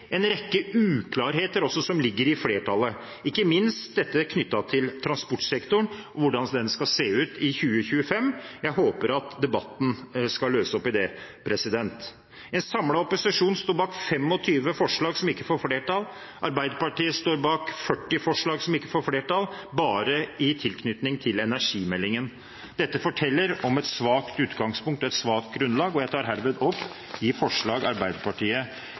en rekke uklarheter som ligger i flertallet, ikke minst dette knyttet til transportsektoren, og hvordan den skal se ut i 2025. Jeg håper at debatten skal løse opp i det. En samlet opposisjon står bak 25 forslag som ikke får flertall. Arbeiderpartiet står bak 40 forslag som ikke får flertall – bare i tilknytning til energimeldingen. Dette forteller om et svakt utgangspunkt og et svakt grunnlag. Jeg tar hermed opp de forslagene Arbeiderpartiet